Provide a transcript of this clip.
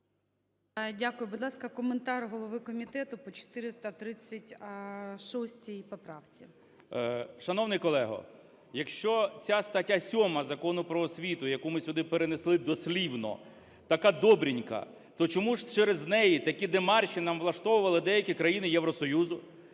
Дякую. Будь ласка, коментар голови комітету по 436 поправці. 16:33:20 КНЯЖИЦЬКИЙ М.Л. Шановний колего, якщо ця стаття 7 Закону "Про освіту", яку ми сюди перенесли дослівно, така добренька, то чому ж через неї такі демарші нам влаштовували деякі країни Євросоюзу?